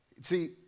see